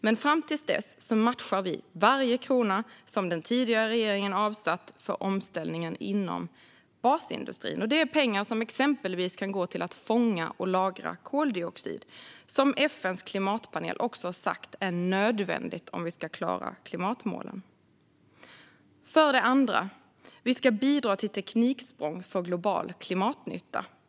Men fram till dess matchar vi varje krona som den tidigare regeringen avsatt för omställningen inom basindustrin. Det är pengar som exempelvis kan gå till att fånga och lagra koldioxid, vilket FN:s klimatpanel också har sagt är nödvändigt om vi ska klara klimatmålen. För det andra ska vi bidra till tekniksprång för global klimatnytta.